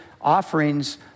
offerings